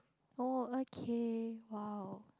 oh okay !wow!